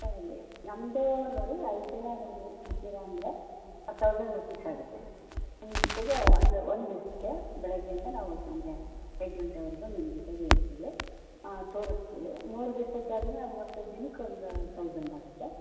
ಸರಿ ನಮ್ಮದು ನೋಡಿ ಐದು ಜನ ನೀವು ಇದ್ದೀರ ಅಂದರೆ ತೌಸಂಡ್ ರುಪೀಸ್ ಆಗುತ್ತೆ ನಿಮ್ಮ ಜೊತೆಗೇ ಒಂದು ಒಂದು ದಿವಸಕ್ಕೆ ಬೆಳಗ್ಗೆಯಿಂದ ನಾವು ಸಂಜೆ ಐದು ಗಂಟೆವರೆಗೂ ನಿಮ್ಮ ಜೊತೆಗೇ ಇರ್ತೀವಿ ಹಾಂ ತೋರಿಸ್ತೀವಿ ಮೂರು ದಿವಸದ್ದಾದ್ರೆ ದಿನಕ್ಕೆ ಒಂದು ತೌಸಂಡ್ ಆಗುತ್ತೆ